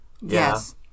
Yes